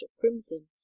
crimson